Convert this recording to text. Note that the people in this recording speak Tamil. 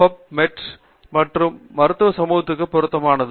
பப்மெட் மருத்துவ சமூகத்திற்கு பொருத்தமானது